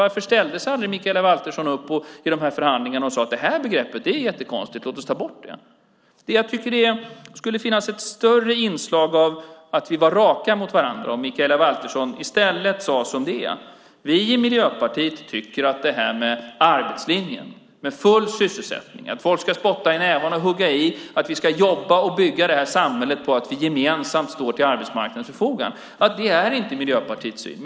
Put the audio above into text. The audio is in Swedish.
Varför ställde sig aldrig Mikaela Valtersson upp i förhandlingarna och sade att begreppet var jättekonstigt och låt oss ta bort det? Jag tycker att det skulle finnas ett större inslag av att vi är raka mot varandra och Mikaela Valtersson i stället säger som det är: Vi i Miljöpartiet tycker att det här med arbetslinjen - med full sysselsättning, att folk ska spotta i nävarna och hugga i, att vi ska jobba och bygga det här samhället på att vi gemensamt står till arbetsmarknadens förfogande - inte är Miljöpartiets syn.